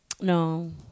No